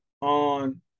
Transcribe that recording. on